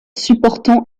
supportant